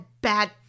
bad